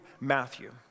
Matthew